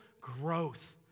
growth